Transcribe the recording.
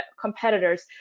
competitors